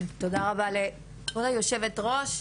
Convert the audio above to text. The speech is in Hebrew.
תודה רבה לכבוד יושבת הראש,